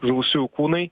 žuvusiųjų kūnai